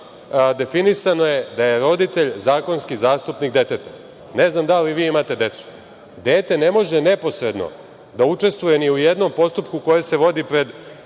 definisano je da je roditelj zakonski zastupnik deteta. Ne znam da li vi imate decu, ali dete ne može neposredno da učestvuje ni u jednom postupku koji se vodi pred